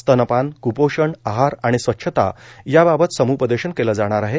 स्तनपान क्पोषण आहार आणि स्वच्छता याबाबत सम्पदेशन केले जाणार आहे